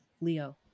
Leo